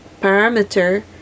parameter